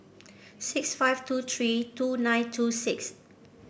six five two three two nine two six